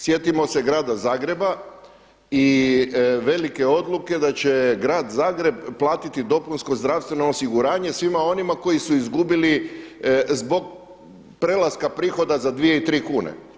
Sjetimo se grada Zagreba i velike odluke da će grad Zagreb platiti dopunsko zdravstveno osiguranje svima onima koji su izgubili zbog prelaska prihoda za dvije, tri kune.